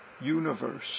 universe